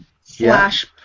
slash